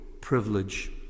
privilege